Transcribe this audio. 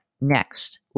next